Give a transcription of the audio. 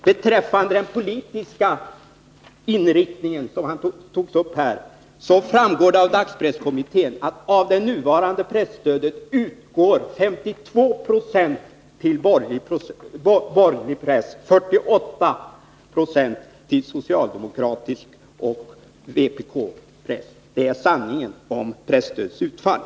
Beträffande den politiska inriktningen, något som togs upp, framgår det av vad dagspresskommittén kommit fram till att av nuvarande presstöd utgår 52 Ye till borgerlig press och 48 > till socialdemokratisk press och vpk-press. Det är sanningen om presstödets utfall.